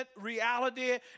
reality